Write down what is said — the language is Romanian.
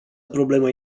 problemă